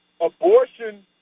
abortion